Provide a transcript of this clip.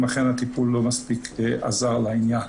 אם אכן הטיפול לא מספיק עזר לעניין.